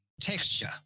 Texture